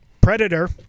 Predator